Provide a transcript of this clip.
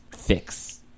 fix